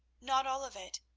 not all of it,